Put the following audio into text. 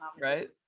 right